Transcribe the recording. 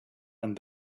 and